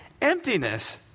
emptiness